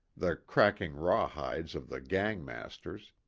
the cracking raw-hides of the gang-masters,